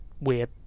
weird